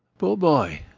poor boy!